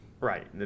Right